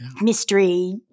mystery